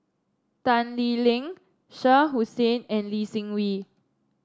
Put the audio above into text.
Tan Lee Leng Shah Hussain and Lee Seng Wee